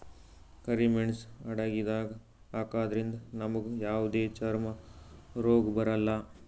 ಕರಿ ಮೇಣ್ಸ್ ಅಡಗಿದಾಗ್ ಹಾಕದ್ರಿಂದ್ ನಮ್ಗ್ ಯಾವದೇ ಚರ್ಮ್ ರೋಗ್ ಬರಲ್ಲಾ